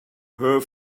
her